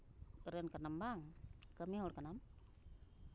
ᱨᱮᱱ ᱠᱟᱱᱟᱢ ᱵᱟᱝ ᱠᱟᱹᱢᱤ ᱦᱚᱲ ᱠᱟᱱᱟᱢ